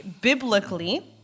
biblically